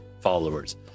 followers